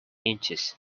inches